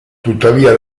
tuttavia